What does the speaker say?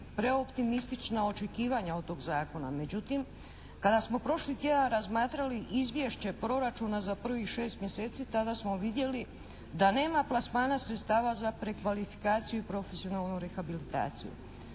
preoptimistična očekivanja od tog zakona. Međutim, kada smo prošli tjedan razmatrali izvješće proračuna za prvih 6 mjeseci tada smo vidjeli da nema plasmana sredstava za prekvalifikaciju i profesionalnu rehabilitaciju.